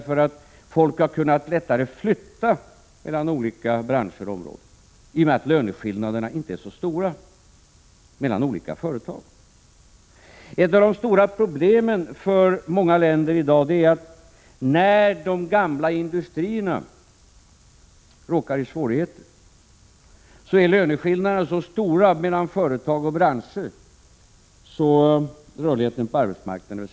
Folk har lättare kunnat flytta mellan olika branscher och områden i och med att löneskillnaderna inte är så stora mellan olika företag. Det förhållandet att löneskillnaderna är så stora mellan företag och branscher att rörligheten på arbetsmarknaden är väsentligt beskuren är ett av de stora problemen för många länder i dag när deras gamla industrier råkar i svårigheter.